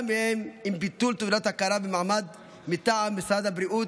מהם עם ביטול תעודת ההכרה במעמד מטעם משרד הבריאות